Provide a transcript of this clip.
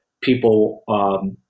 People